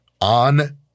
on